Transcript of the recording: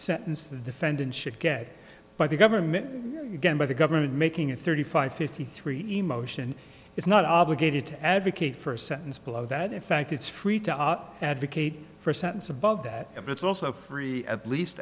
sentence the defendant should get by the government again by the government making it thirty five fifty three emotion is not obligated to advocate for a sentence below that in fact it's free to up advocate for sentence above that and it's also free at least